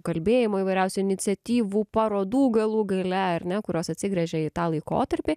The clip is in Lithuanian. kalbėjimo įvairiausių iniciatyvų parodų galų gale ar ne kurios atsigręžė į tą laikotarpį